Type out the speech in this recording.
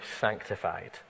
sanctified